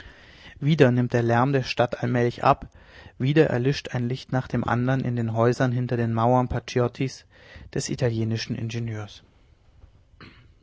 wieder nimmt der lärm der stadt allmählich ab wieder erlischt ein licht nach dem andern in den häusern hinter der mauer paciottis des italienischen ingenieurs